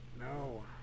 No